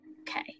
Okay